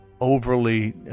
overly